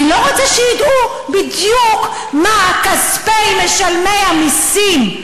אני לא רוצה שידעו בדיוק מה כספי משלמי המסים,